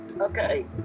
Okay